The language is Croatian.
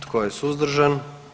Tko je suzdržan?